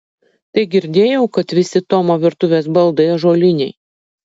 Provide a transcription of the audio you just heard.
tai girdėjau kad visi tomo virtuvės baldai ąžuoliniai